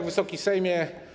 Wysoki Sejmie!